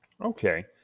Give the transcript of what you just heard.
okay